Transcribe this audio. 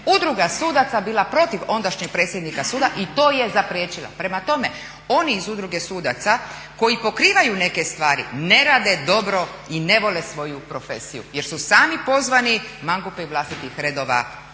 udruga sudaca bila protiv ondašnjeg predsjednika suda i to je zapriječila. Prema tome, oni iz udruge sudaca koji pokrivaju neke stvari ne rade dobro i ne vole svoju profesiju jer su sami pozvani mangupe iz vlastitih redova